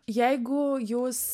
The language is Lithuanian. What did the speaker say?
jeigu jūs